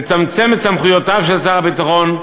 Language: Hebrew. לצמצם את סמכויותיו של שר הביטחון,